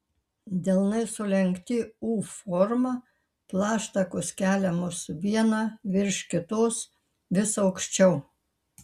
delnai sulenkti u forma plaštakos keliamos viena virš kitos vis aukščiau